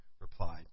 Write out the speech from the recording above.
replied